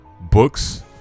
books